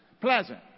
Pleasant